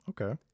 Okay